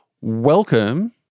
welcome